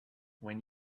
when